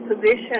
position